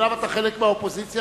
אומנם אתה חלק מהאופוזיציה,